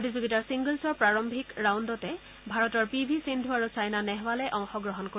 প্ৰতিযোগিতাৰ ছিংগলছৰ প্ৰাৰম্ভিত ৰাউণ্ডতে ভাৰতৰ পি ভি সিদ্ধু আৰু ছাইনা নেহৱালে অংশগ্ৰহণ কৰিব